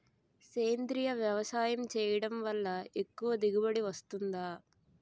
సేంద్రీయ వ్యవసాయం చేయడం వల్ల ఎక్కువ దిగుబడి వస్తుందా?